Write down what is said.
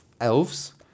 elves